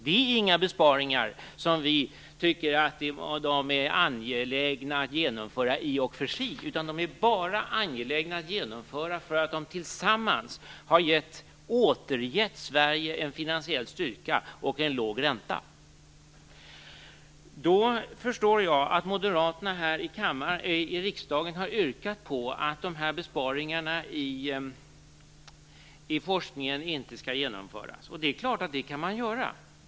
Det här är inga besparingar som vi tycker är angelägna att genomföra i och för sig, utan de är bara angelägna därför att de tillsammans har återgett Sverige en finansiell styrka och en låg ränta. Jag förstår att Moderaterna här i riksdagen har yrkat på att de här besparingarna i forskningen inte skall genomföras, och det är klart att man kan göra det.